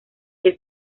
que